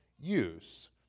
use